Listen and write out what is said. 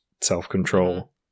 self-control